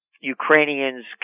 Ukrainians